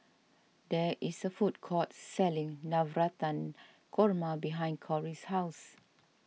there is a food court selling Navratan Korma behind Cory's house